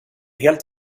helt